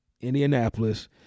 Indianapolis